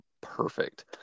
perfect